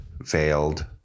veiled